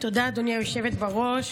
תודה, גברתי היושבת בראש.